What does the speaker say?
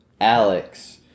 Alex